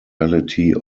municipality